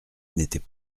n’étaient